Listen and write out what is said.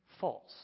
False